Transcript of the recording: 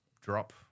drop